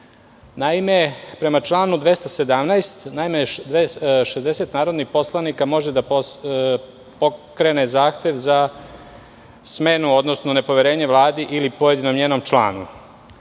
Naime, prema članu 217. šezdeset narodnih poslanika može da pokrene zahtev za smenu, odnosno nepoverenje Vladi ili pojedinom njenom članu.